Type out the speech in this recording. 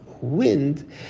wind